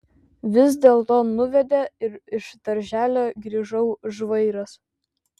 vis dėlto nuvedė ir iš darželio grįžau žvairas